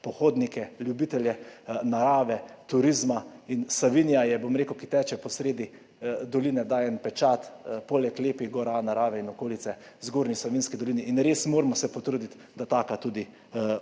pohodnike, ljubitelje narave, turizma. Savinja je, ki teče po sredi doline, daje en pečat, poleg lepih gora, narave in okolice Zgornji Savinjski dolini, in res se moramo potruditi, da taka tudi